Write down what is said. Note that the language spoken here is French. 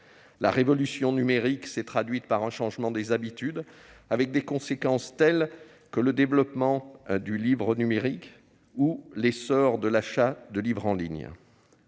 La révolution numérique s'est traduite par un changement des habitudes, avec des conséquences telles que le développement des livres numériques ou l'essor de l'achat de livres en ligne.